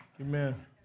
Amen